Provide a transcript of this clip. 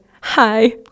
hi